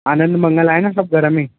आनंद मंगल आहे न सभु घर में